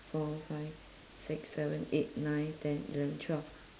four five six seven eight nine ten eleven twelve